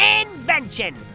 invention